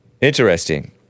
Interesting